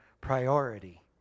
priority